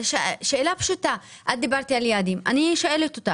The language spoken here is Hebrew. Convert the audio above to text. שאלה פשוטה: בקמפיין